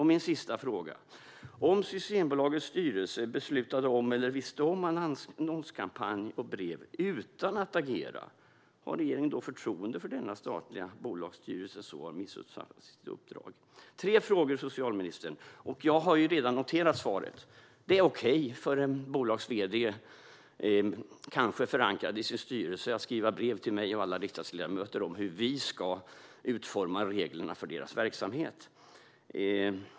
Min sista fråga är: Om Systembolagets styrelse beslutade om eller visste om annonskampanj och brev utan att agera, har regeringen då förtroende för denna statliga bolagsstyrelse som så tydligt har missuppfattat sitt uppdrag? Det var tre frågor, socialministern. Jag har redan noterat svaret. Det är okej för en bolags-vd, kanske förankrad i sin styrelse, att skriva brev till mig och alla riksdagsledamöter om hur vi ska utforma reglerna för bolagets verksamhet.